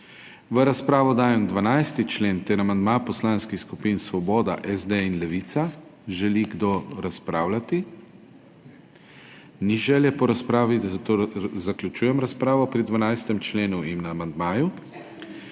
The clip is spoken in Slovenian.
V razpravo dajem 12. člen ter amandma poslanskih skupin Svoboda, SD in Levica. Želi kdo razpravljati? Ni želje po razpravi, zato zaključujem razpravo pri 12. členu in amandmaju.